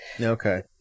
Okay